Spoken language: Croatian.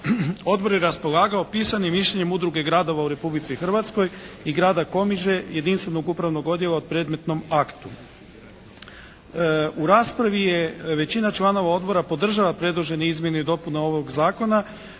Odbor je raspolagao pisanim mišljenjem Udruga gradova u Republici Hrvatskoj i Grada Komiže, jedinstvenog upravnog odjela u predmetnom aktu. U raspravi je većina članova Odbora podržala predložene izmjene i dopune ovog zakona